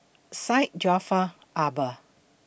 Syed Jaafar Albar